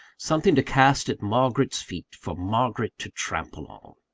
something to cast at margaret's feet, for margaret to trample on!